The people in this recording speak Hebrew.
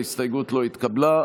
ההסתייגות לא התקבלה.